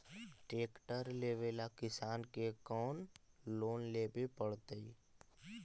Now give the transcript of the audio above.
Tractor लेवेला किसान के कौन लोन लेवे पड़तई?